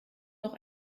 noch